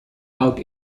out